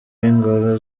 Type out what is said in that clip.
w’ingoro